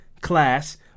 class